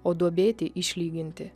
o duobėti išlyginti